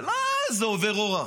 זה לא איזה עובר אורח.